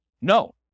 No